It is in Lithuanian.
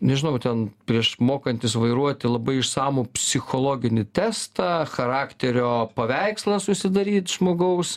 nežinau ten prieš mokantis vairuoti labai išsamų psichologinį testą charakterio paveikslą susidaryt žmogaus